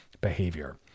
behavior